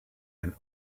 ein